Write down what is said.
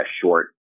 short